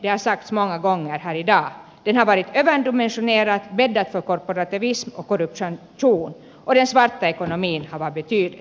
den har varit överdimensionerad bäddat för korporativism och korruption och den svarta ekonomin har varit betydlig